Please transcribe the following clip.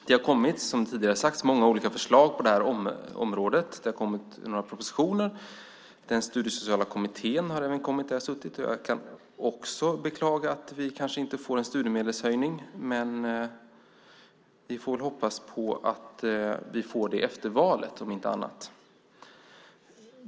Det har som tidigare sagts kommit många olika förslag på det här området. Det har kommit några propositioner. Den studiesociala kommittén har även kommit, och jag kan också beklaga att vi kanske inte får en studiemedelshöjning. Men vi får väl hoppas att vi får det efter valet om inte annat.